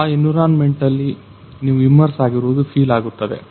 ಆ ಎನ್ವಿರಾನ್ಮೆಂಟ್ ನಲ್ಲಿ ನೀವು ಇಮರ್ಸ್ ಆಗಿರುವುದು ಫೀಲ್ ಆಗುತ್ತದೆ